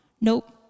Nope